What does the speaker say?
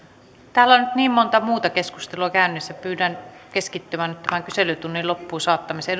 täällä on nyt niin monta muuta keskustelua käynnissä että pyydän keskittymään tämän kyselytunnin loppuun saattamiseen